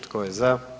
Tko je za?